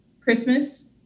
Christmas